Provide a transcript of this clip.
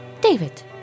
David